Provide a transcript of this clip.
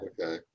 Okay